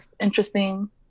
interesting